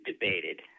debated